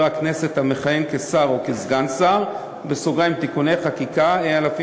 הכנסת המכהן כשר או כסגן שר (תיקוני חקיקה והוראת שעה),